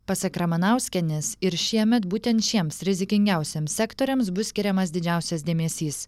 pasak ramanauskienės ir šiemet būtent šiems rizikingiausiems sektoriams bus skiriamas didžiausias dėmesys